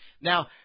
Now